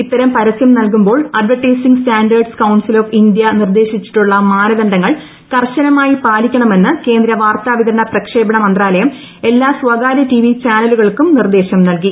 ഇത്തരം പരസ്ചൃം നൽകുമ്പോൾ advertising standards council of India നിർദ്ദേശിച്ചിട്ടുള്ള മാനദണ്ഡങ്ങൾ കർശനമായി പാലിക്കണമെന്ന് കേന്ദ്ര വാർത്താവിതരണ പ്രക്ഷേപണ മന്ത്രാലയം എല്ലാ സ്വകാര്യ ടിവി ചാനലുകൾക്കും നിർദേശം നൽകി